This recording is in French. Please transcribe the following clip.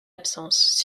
absence